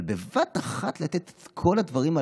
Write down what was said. אבל בבת אחת לתת את כל הדברים הללו?